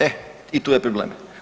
E, i tu je problem.